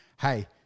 hey